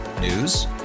News